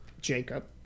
Jacob